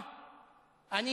אני